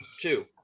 Two